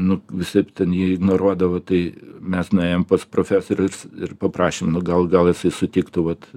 nu visaip ten jį ignoruodavo tai mes nuėjome pas profesorių ir paprašėm nu gal gal jisai sutiktų vat